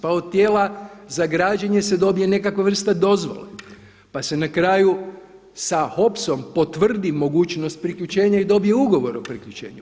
Pa od tijela za građenje se dobije nekakva vrsta dozvole, pa se na kraju sa HOPS-om potvrdi mogućnost priključenja i dobije ugovor o priključenju.